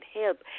help